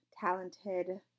talented